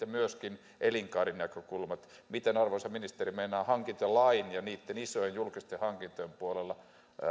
ja myöskin elinkaarinäkökulmat miten arvoisa ministeri meinaa hankintalain ja niitten isojen julkisten hankintojen puolella